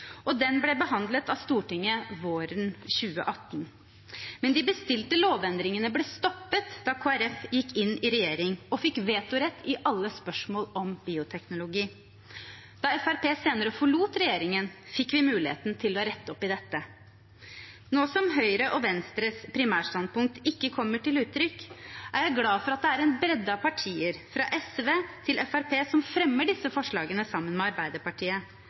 og den ble behandlet av Stortinget våren 2018. Men de bestilte lovendringene ble stoppet da Kristelig Folkeparti gikk inn i regjering og fikk vetorett i alle spørsmål om bioteknologi. Da Fremskrittspartiet senere forlot regjeringen, fikk vi muligheten til å rette opp i dette. Nå som Høyre og Venstres primærstandpunkt ikke kommer til uttrykk, er jeg glad for at det er en bredde av partier, fra SV til Fremskrittspartiet, som fremmer disse forslagene sammen med Arbeiderpartiet.